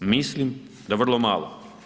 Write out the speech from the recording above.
Mislim da vrlo malo.